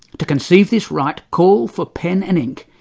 to conceive this right, call for pen and ink.